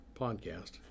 podcast